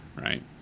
right